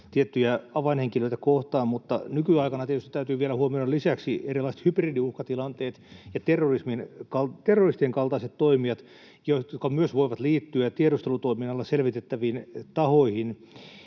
tiettyjä avainhenkilöitä kohtaan. Mutta nykyaikana tietysti täytyy vielä huomioida lisäksi erilaiset hybridiuhkatilanteet ja terroristien kaltaiset toimijat, jotka myös voivat liittyä tiedustelutoiminnalla selvitettäviin tahoihin.